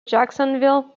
jacksonville